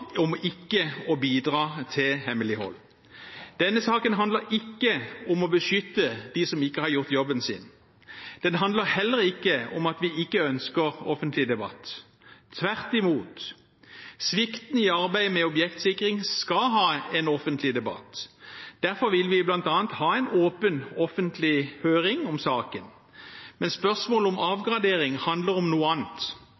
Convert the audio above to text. om ikke å bidra til hemmelighold. Denne saken handler ikke om å beskytte dem som ikke har gjort jobben sin. Den handler heller ikke om at vi ikke ønsker offentlig debatt, tvert imot, svikten i arbeidet med objektsikring skal ha en offentlig debatt. Derfor vil vi bl.a. ha en åpen offentlig høring om saken. Men spørsmålet om